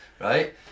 right